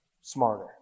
smarter